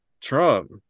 Trump